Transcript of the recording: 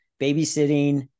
babysitting